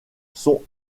sont